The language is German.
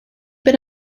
bin